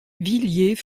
villiers